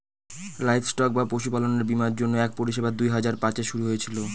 livestock বা পশুপালনের বীমার জন্য এক পরিষেবা দুই হাজার পাঁচে শুরু হয়েছিল